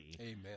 amen